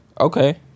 Okay